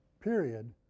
period